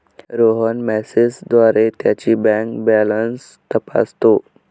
रोहन मेसेजद्वारे त्याची bank balance तपासतो